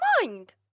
mind